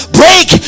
break